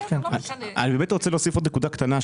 אני באמת רוצה להוסיף נקודה קטנה.